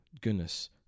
goodness